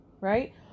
right